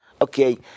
Okay